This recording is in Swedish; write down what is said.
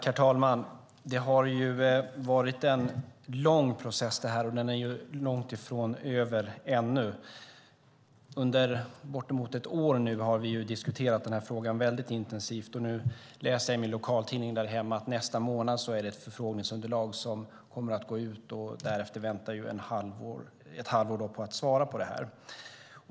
Herr talman! Detta har varit en lång process, och den är långt ifrån över. Under bortemot ett år har vi diskuterat den här frågan mycket intensivt. Nu läser jag i min lokaltidning där hemma att ett förfrågningsunderlag kommer att gå ut nästa månad, och därefter väntar ett halvår som man har på sig att svara på detta.